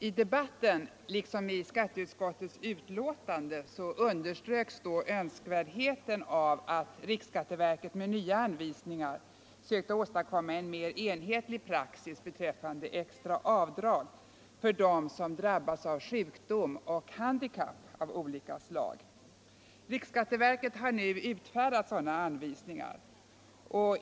I debatten — liksom i skatteutskottets betänkande — underströks då önskvärdheten av att riksskatteverket med nya anvisningar sökte åstadkomma en mer enhetlig praxis beträffande extra avdrag för dem som drabbats av sjukdom och handikapp av olika slag. Riksskatteverket har nu utfärdat sådana anvisningar.